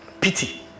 pity